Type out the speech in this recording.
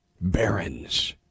barons